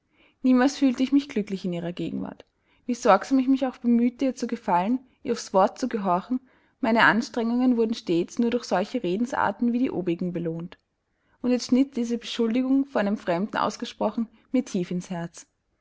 niemals fühlte ich mich glücklich in ihrer gegenwart wie sorgsam ich mich auch bemühte ihr zu gefallen ihr aufs wort zu gehorchen meine anstrengungen wurden stets nur durch solche redensarten wie die obigen belohnt und jetzt schnitt diese beschuldigung vor einem fremden ausgesprochen mir tief ins herz